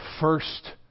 first